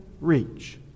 reach